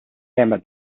samba